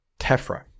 Tefra